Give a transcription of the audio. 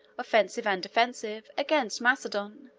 offensive and defensive, against macedon.